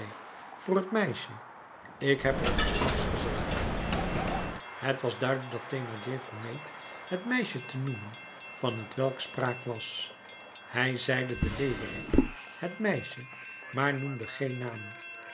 voor het meisje ik heb t u straks gezegd het was duidelijk dat thénardier vermeed het meisje te noemen van t welk spraak was hij zeide de leeuwerik het meisje maar noemde geen naam